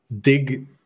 dig